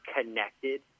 connected